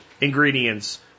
ingredients